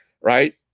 Right